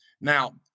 Now